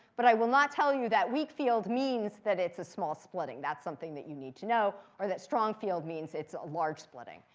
but i will not tell you that weak field means that it's a small splitting. that's something that you need to know. or that strong field means it's a large splitting.